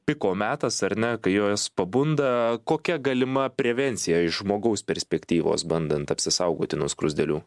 piko metas ar ne kai jos pabunda kokia galima prevencija iš žmogaus perspektyvos bandant apsisaugoti nuo skruzdėlių